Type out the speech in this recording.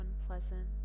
unpleasant